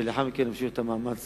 ולאחר מכן נמשיך במאמץ